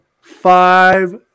five